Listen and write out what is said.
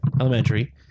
Elementary